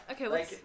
Okay